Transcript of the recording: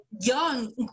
young